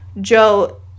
Joe